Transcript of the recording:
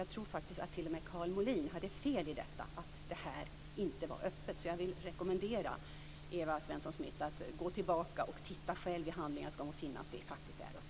Jag tror att t.o.m. Karl Molin hade fel angående detta, om att det inte var öppet. Jag vill rekommendera Karin Svensson Smith att gå tillbaka och själv titta i handlingarna, så ska hon finna att detta faktiskt är öppet.